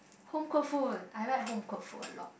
home cooked food I like home cooked food a lot